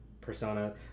persona